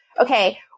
okay